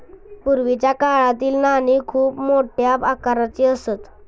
पूर्वीच्या काळातील नाणी खूप मोठ्या आकाराची असत